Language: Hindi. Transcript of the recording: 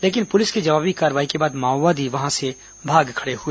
लेकिन पुलिस की जवाबी कार्रवाई के बाद माओवादी वहां से भाग खड़े हए